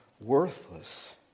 worthless